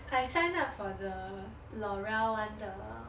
I signed up for the l'oreal one the